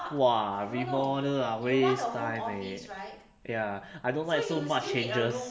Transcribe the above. !wah! remodel ah waste time eh ya I don't like so much changes